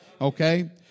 okay